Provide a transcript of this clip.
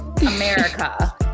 America